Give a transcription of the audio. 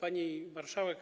Pani Marszałek!